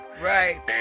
right